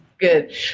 good